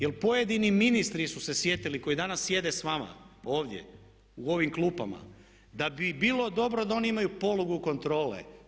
Jer pojedini ministri su se sjetili koji danas sjede s vama ovdje u ovim klupama da bi bilo dobro da oni imaju polugu kontrole.